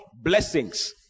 blessings